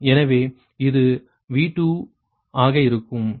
எனவே இது V2 ஆக இருக்கும்